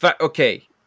Okay